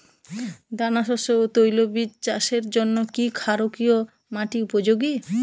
দানাশস্য ও তৈলবীজ চাষের জন্য কি ক্ষারকীয় মাটি উপযোগী?